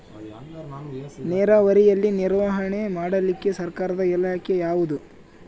ನೇರಾವರಿಯಲ್ಲಿ ನಿರ್ವಹಣೆ ಮಾಡಲಿಕ್ಕೆ ಸರ್ಕಾರದ ಇಲಾಖೆ ಯಾವುದು?